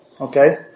Okay